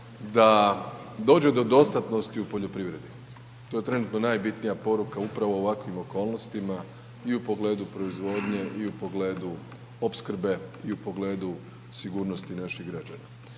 da dođe do dostatnosti u poljoprivredi. To je trenutno najbitnija poruka upravo u ovakvim okolnostima i u pogledu proizvodnje i u pogledu opskrbe i u pogledu sigurnosti naših građana.